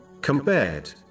Compared